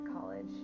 college